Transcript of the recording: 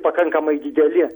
pakankamai dideli